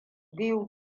biyu